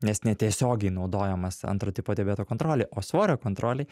nes netiesiogiai naudojamas antro tipo diabeto kontrolei o svorio kontrolei